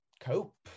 cope